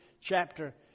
chapter